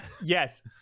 yes